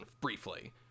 briefly